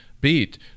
beat